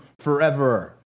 forever